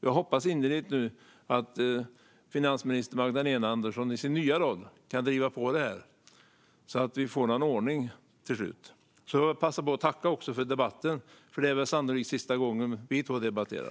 Jag hoppas innerligt att finansminister Magdalena Andersson i sin nya roll kan driva på det här så att vi får någon ordning till slut. Jag får också passa på att tacka för debatten, för det här är väl sannolikt sista gången som vi två debatterar.